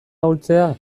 ahultzea